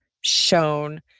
shown